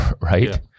right